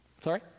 sorry